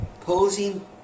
posing